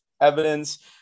evidence